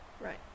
Right